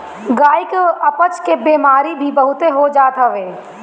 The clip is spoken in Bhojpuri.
गाई के अपच के बेमारी भी बहुते हो जात हवे